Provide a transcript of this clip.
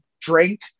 drink